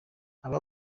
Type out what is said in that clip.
aba